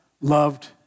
loved